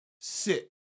sit